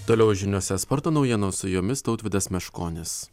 toliau žiniose sporto naujienos su jumis tautvydas meškonis